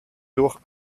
durch